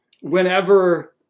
whenever